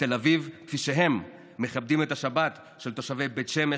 ותל אביב כפי שהם מכבדים את השבת של תושבי בית שמש,